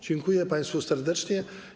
Dziękuję państwu serdecznie.